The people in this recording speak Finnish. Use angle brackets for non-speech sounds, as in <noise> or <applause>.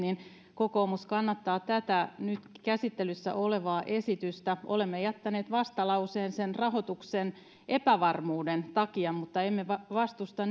kokoomus kannattaa tätä nyt käsittelyssä olevaa esitystä olemme jättäneet vastalauseen rahoituksen epävarmuuden takia mutta emme vastusta <unintelligible>